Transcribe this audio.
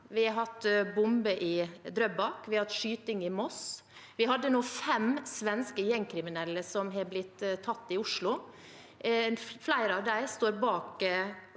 Vi har hatt en bombe i Drøbak, og vi har hatt skyting i Moss. Vi hadde nå fem svenske gjengkriminelle som ble tatt i Oslo. Flere av dem står bak